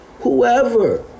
whoever